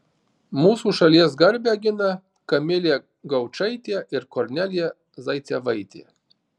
mūsų šalies garbę gina kamilė gaučaitė ir kornelija zaicevaitė